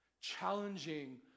Challenging